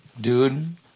dude